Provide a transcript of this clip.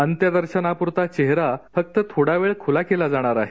अत्यदर्शनापुरता चेहरा फक्त थोडा वेळ खुला केला जाणार आहे